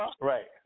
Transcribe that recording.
Right